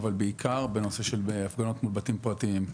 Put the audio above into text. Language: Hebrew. אבל בעיקר בנושא של הפגנות מול בתים פרטיים.